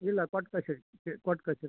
ಇಲ್ಲ ಕೊಟ್ಟು ಕಳಿಸಿ ಕೊಟ್ಟು ಕಳಿಸಿ